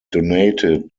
donated